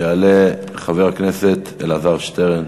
יעלה חבר הכנסת אלעזר שטרן,